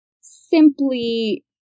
simply